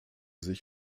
sich